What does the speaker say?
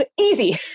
easy